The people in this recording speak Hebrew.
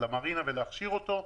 למרינה ולהכשיר אותו,